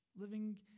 living